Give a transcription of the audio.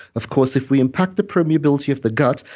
of course, if we impact the permeability of the gut,